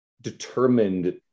determined